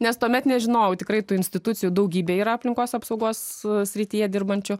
nes tuomet nežinojau tikrai tų institucijų daugybė yra aplinkos apsaugos srityje dirbančių